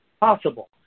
possible